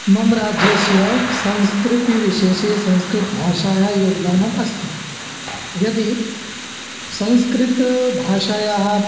मम राज्यस्य संस्कृतिविषये संस्कृतभाषायाः योगदानम् अस्ति यदि संस्कृतभाषायाः